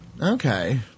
Okay